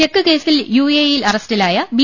check കേസിൽ U A ഇയിൽ അറസ്റ്റിലായ ബി